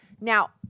Now